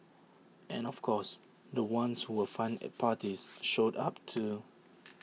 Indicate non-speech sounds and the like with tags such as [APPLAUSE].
and of course the ones [NOISE] who were fun at parties showed up too